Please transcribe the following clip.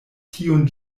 tiun